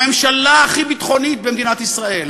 הממשלה הכי ביטחונית במדינת ישראל,